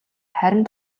харин